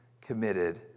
committed